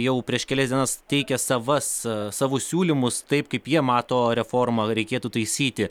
jau prieš kelias dienas teikia savas savus siūlymus taip kaip jie mato reformą reikėtų taisyti